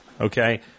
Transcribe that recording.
okay